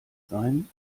sein